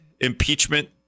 impeachment